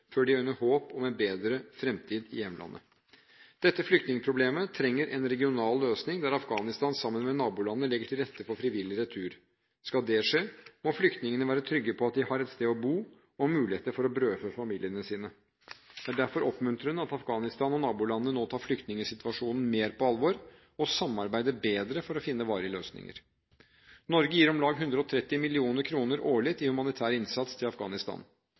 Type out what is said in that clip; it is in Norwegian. før de øyner håp om en bedre fremtid i hjemlandet. Dette flyktningproblemet trenger en regional løsning, der Afghanistan sammen med nabolandene legger til rette for frivillig retur. Skal det skje, må flyktningene være trygge på at de har et sted å bo og muligheter for å brødfø familiene sine. Det er derfor oppmuntrende at Afghanistan og nabolandene nå tar flyktningsituasjonen mer på alvor og samarbeider bedre for å finne varige løsninger. Norge gir om lag 130 mill. kr årlig til humanitær innsats i Afghanistan.